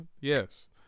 Yes